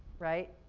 right?